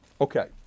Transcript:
Okay